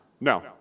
No